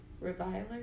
reviler